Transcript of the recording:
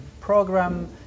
program